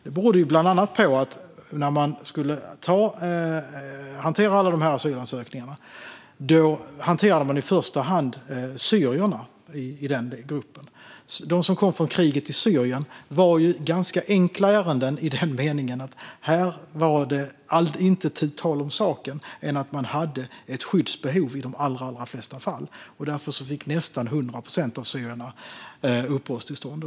Det berodde bland annat på att när man skulle hantera alla dessa asylansökningar hanterade man i första hand syrierna i den gruppen. De som kom från kriget i Syrien var ganska enkla ärenden i den meningen att här var det inte tu tal om saken än att de hade ett skyddsbehov i de allra flesta fall. Därför fick nästan 100 procent av syrierna uppehållstillstånd.